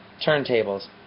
turntables